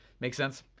make sense?